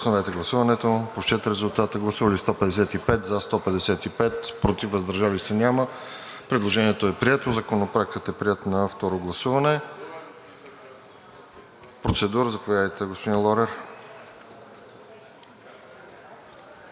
Предложението е прието. Законопроектът е приет на второ гласуване. Процедура – заповядайте, господин Лорер.